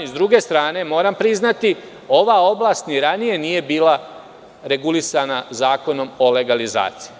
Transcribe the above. S druge strane, moram priznati ova oblast ni ranije nije bila regulisana Zakonom o legalizaciji.